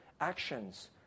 actions